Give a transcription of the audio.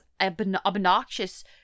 obnoxious